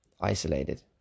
isolated